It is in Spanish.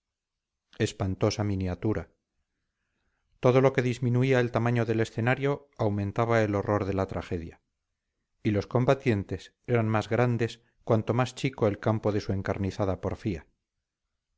espantosa miniatura todo lo que disminuía el tamaño del escenario aumentaba el horror de la tragedia y los combatientes eran más grandes cuanto más chico el campo de su encarnizada porfía